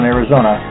Arizona